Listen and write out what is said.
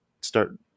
start